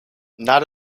not